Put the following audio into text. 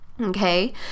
Okay